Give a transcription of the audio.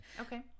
Okay